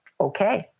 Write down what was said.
okay